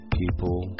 people